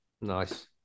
Nice